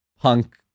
punk